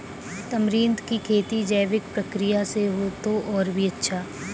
tamarind की खेती जैविक प्रक्रिया से हो तो और भी अच्छा